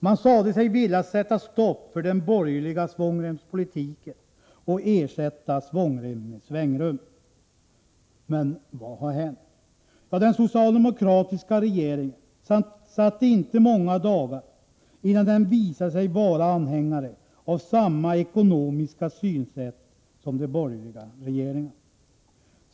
Man sade sig vilja sätta stopp för den borgerliga svångremspolitiken och ersätta svångrem med svängrum. Men vad har hänt! Ja, den socialdemokratiska regeringen satt inte många dagar innan den visade sig vara anhängare av samma ekonomiska synsätt som de borgerliga regeringarna.